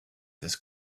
this